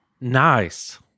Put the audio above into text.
Nice